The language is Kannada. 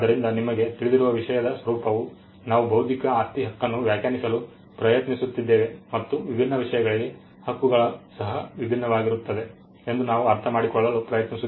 ಆದ್ದರಿಂದ ನಿಮಗೆ ತಿಳಿದಿರುವ ವಿಷಯದ ಸ್ವರೂಪವು ನಾವು ಬೌದ್ಧಿಕ ಆಸ್ತಿ ಹಕ್ಕನ್ನು ವ್ಯಾಖ್ಯಾನಿಸಲು ಪ್ರಯತ್ನಿಸುತ್ತಿದ್ದೇವೆ ಮತ್ತು ವಿಭಿನ್ನ ವಿಷಯಗಳಿಗೆ ಹಕ್ಕುಗಳು ಸಹ ವಿಭಿನ್ನವಾಗಿರುತ್ತದೆ ಎಂದು ನಾವು ಅರ್ಥಮಾಡಿಕೊಳ್ಳಲು ಪ್ರಯತ್ನಿಸುತ್ತಿದ್ದೇವೆ